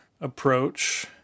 approach